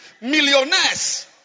millionaires